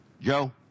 Joe